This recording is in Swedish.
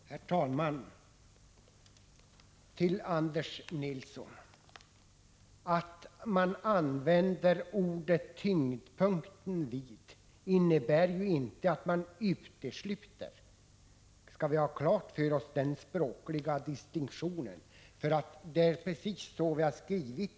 Herr talman! Till Anders Nilsson vill jag säga följande: Att man använder ordet tyngdpunkten innebär ju inte att man utesluter något. Denna språkliga distinktion skall vi ha klar för oss.